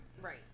Right